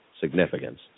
significance